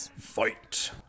Fight